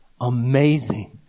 amazing